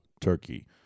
Turkey